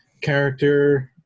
character